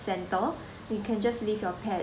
centre you can just leave your pet